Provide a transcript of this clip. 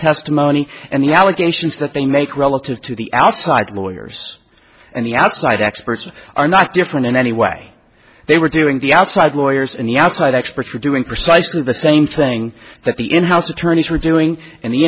testimony and the allegations that they make relative to the outside lawyers and the outside experts are not different in any way they were doing the outside lawyers and the outside experts were doing precisely the same thing that the in house attorneys were doing and the